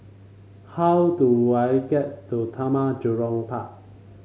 how do I get to Taman Jurong Park